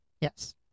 Yes